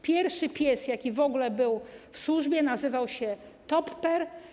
Pierwszy pies, jaki w ogóle pełnił służbę, nazywał się Topper.